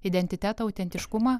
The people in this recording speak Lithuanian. identiteto autentiškumą